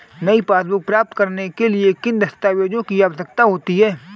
नई पासबुक प्राप्त करने के लिए किन दस्तावेज़ों की आवश्यकता होती है?